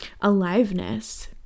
aliveness